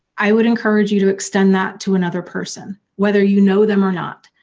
i would encourage you to extend that to another person, whether you know them or not.